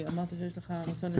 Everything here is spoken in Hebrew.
אמרת שיש לך ---?